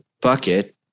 bucket